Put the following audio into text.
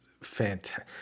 fantastic